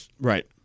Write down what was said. Right